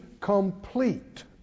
complete